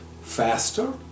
faster